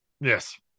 yes